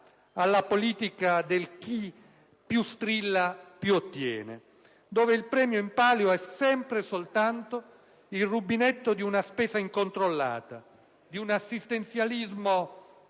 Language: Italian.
alla politica del "chi più strilla, più ottiene", dove il premio in palio è sempre e soltanto il rubinetto di una spesa incontrollata, di un assistenzialismo